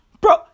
Bro